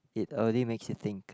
it already makes you think